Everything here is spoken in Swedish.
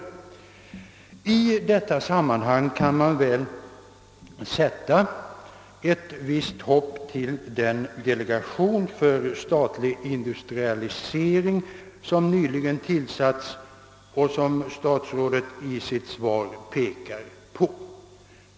I detta sammanhang kan man väl sätta ett visst hopp till den delegation för statlig industrialisering som nyligen tillsatts och som statsrådet i sitt svar nämner.